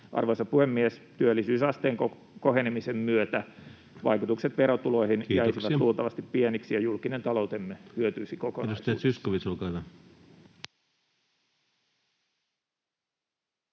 Arvoisa puhemies! Työllisyysasteen kohenemisen myötä vaikutukset verotuloihin [Puhemies huomauttaa ajasta] jäisivät luultavasti pieniksi ja julkinen taloutemme hyötyisi kokonaisuudessaan.